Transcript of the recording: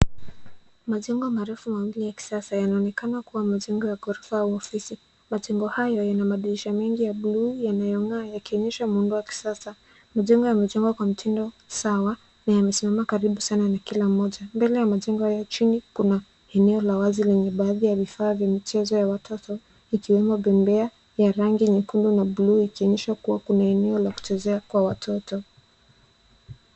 Majengo marefu mawili ya kisasa yanaonekana kuwa majengo ya ghorofa au ofisi. Majengo hayo yana madirisha mengi ya bluu yanayong'aa yakionyesha muundo wa kisasa. Majengo yamejengwa kwa mtindo sawa na yamesimama karibu sana na kila moja. Mbele ya majengo haya chini kuna eneo la wazi lenye baadhi ya vifaa vya michezo ya watoto ikiwemo bembea ya rangi nyekundu na bluu ikionyesha kuwa kuna eneo la kuchezea kwa watoto.